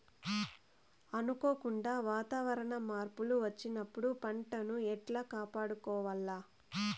అనుకోకుండా వాతావరణ మార్పులు వచ్చినప్పుడు పంటను ఎట్లా కాపాడుకోవాల్ల?